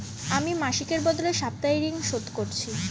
আমি মাসিকের বদলে সাপ্তাহিক ঋন শোধ করছি